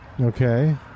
Okay